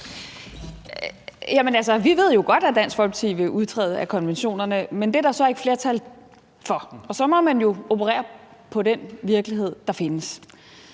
Vi ved jo godt, at Dansk Folkeparti vil udtræde af konventionerne, men det er der så ikke flertal for, og så må man jo operere på baggrund af den virkelighed, der findes.